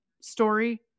story